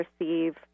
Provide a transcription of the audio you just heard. receive